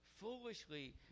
foolishly